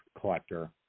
collector